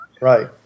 Right